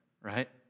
right